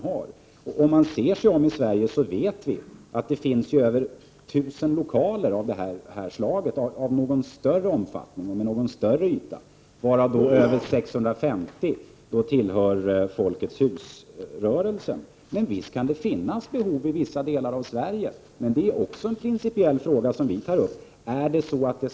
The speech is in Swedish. Vi vet att det i Sverige finns över 1 000 lokaler av det här slaget med en stor yta. 650 av dessa tillhör Folkets hus-rörelsen. Men visst kan det i vissa delar av Sverige finnas behov av samlingslokaler. Men i detta sammanhang tar vi upp en principiell fråga.